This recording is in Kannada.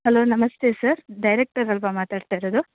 ಹಲೋ ನಮಸ್ತೆ ಸರ್ ಡೈರೆಕ್ಟರ್ ಅಲ್ಲವಾ ಮಾತಾಡ್ತಾ ಇರೋದು